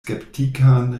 skeptikan